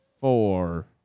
four